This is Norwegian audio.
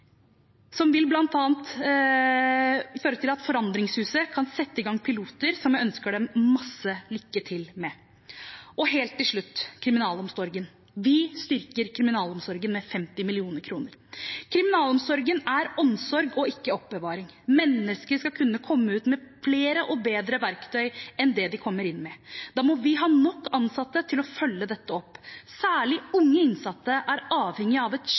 som bl.a. vil føre til at Forandringshuset kan sette i gang piloter som jeg ønsker dem masse lykke til med. Helt til slutt: kriminalomsorgen. Vi styrker kriminalomsorgen med 50 mill. kr. Kriminalomsorgen er omsorg og ikke oppbevaring. Mennesker skal kunne komme ut med flere og bedre verktøy enn det de kommer inn med. Da må vi ha nok ansatte til å følge det opp. Særlig unge innsatte er avhengig av et